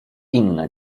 inne